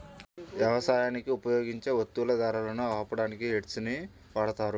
యవసాయానికి ఉపయోగించే వత్తువుల ధరలను ఆపడానికి హెడ్జ్ ని వాడతారు